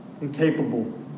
incapable